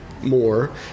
more